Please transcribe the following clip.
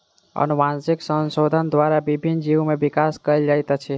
अनुवांशिक संशोधन द्वारा विभिन्न जीव में विकास कयल जाइत अछि